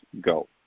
Go